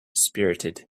spirited